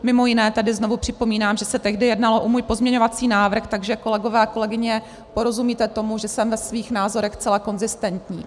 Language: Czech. Mimo jiné tady znovu připomínám, že se tehdy jednalo o můj pozměňovací návrh, takže kolegové a kolegyně, porozumíte tomu, že jsem ve svých názorech zcela konzistentní.